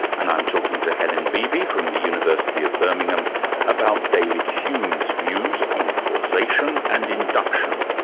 and i'm talking to helen beebee from the university of birmingham about david hume's views on causation and induction.